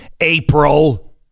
April